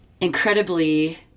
incredibly